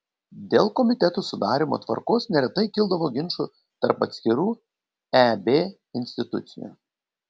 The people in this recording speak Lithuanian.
dėl komitetų sudarymo tvarkos neretai kildavo ginčų tarp atskirų eb institucijų